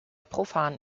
profan